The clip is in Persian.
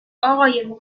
آقای